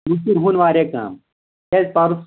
واریاہ کَم کیٛازِ پَرُس